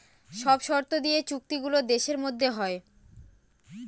সব শর্ত দিয়ে চুক্তি গুলো দেশের মধ্যে হয়